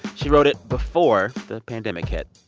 she wrote it before the pandemic hit